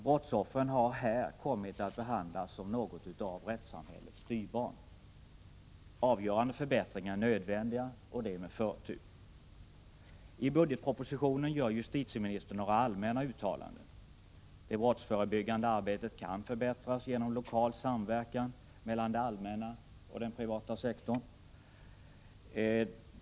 Brottsoffren har här kommit att behandlas som något av rättssamhällets styvbarn. Avgörande förbättringar är nödvändiga, och det med förtur. I budgetpropositionen gör justitieministern några allmänna uttalanden. Det brottsförebyggande arbetet kan förbättras genom lokal samverkan mellan det allmänna och den privata sektorn.